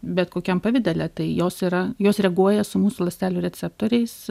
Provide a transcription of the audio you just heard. bet kokiam pavidale tai jos yra jos reaguoja su mūsų ląstelių receptoriais